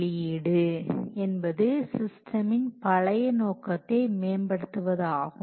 எனவே சிஸ்டமின் திருத்தம் என்பது எண் முறையாகும் இது கான்ஃபிகுரேஷன் பொருளின் நிலையை எந்த நேரத்திலும் கண்டுபிடிக்க பயன்படுகிறது